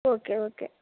okay okay